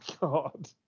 god